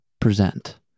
present